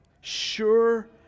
sure